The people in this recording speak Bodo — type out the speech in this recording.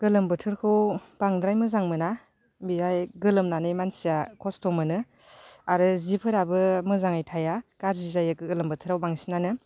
गोलोम बोथोरखौ बांद्राय मोजां मोना बेवहाय गोलोमनानै मानसिया खस्थ' मोनो आरो सिफोराबो मोजाङै थाया गाज्रि जायो गोलोम बोथोराव बांसिनानो